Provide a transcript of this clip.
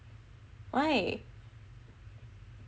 why